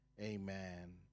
amen